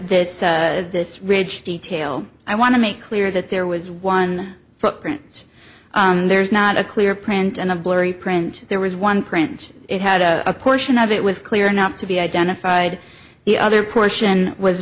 this this ridge detail i want to make clear that there was one footprints there's not a clear print and a blurry print there was one print it had a portion of it was clear enough to be identified the other portion was